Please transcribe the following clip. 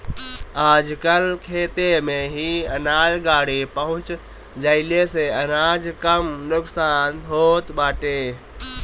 आजकल खेते में ही अनाज गाड़ी पहुँच जईले से अनाज कम नुकसान होत बाटे